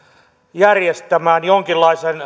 järjestämään jonkinlaisen